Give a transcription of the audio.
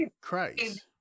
Christ